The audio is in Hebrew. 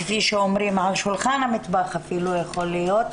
כפי שאומרים על שולחן המטבח אפילו יכול להיות,